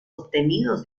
obtenidos